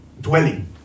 dwelling